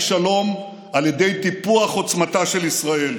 שלום על ידי טיפוח עוצמתה של ישראל,